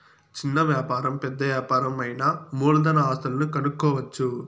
చిన్న వ్యాపారం పెద్ద యాపారం అయినా మూలధన ఆస్తులను కనుక్కోవచ్చు